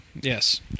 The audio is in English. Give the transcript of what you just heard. Yes